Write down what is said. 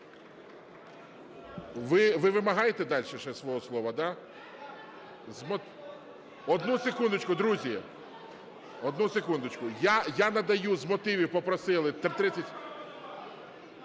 Ви вимагаєте дальше ще свого слова, да? ( Шум у залі) Одну секундочку, друзі. Одну секундочку. Я надаю, з мотивів попросили,